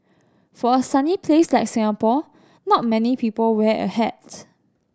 for a sunny place like Singapore not many people wear a hats